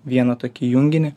vieną tokį junginį